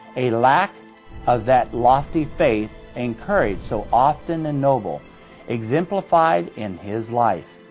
a lack of that lofty faith and courage so often and nobly exemplified in his life.